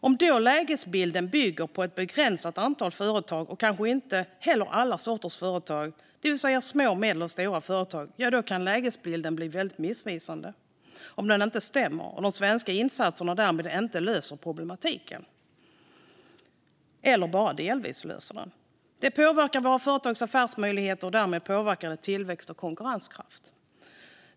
Om då lägesbilden bygger på ett begränsat antal företag och kanske inte heller alla sorters företag - det vill säga små, medelstora och stora företag - kan lägesbilden bli väldigt missvisande. Om den inte stämmer löser inte heller de svenska insatserna problematiken, eller bara delvis. Det påverkar våra företags affärsmöjligheter, och därmed påverkar det tillväxt och konkurrenskraft.